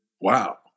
wow